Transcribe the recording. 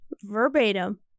verbatim